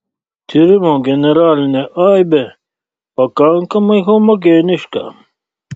tyrimo generalinė aibė pakankamai homogeniška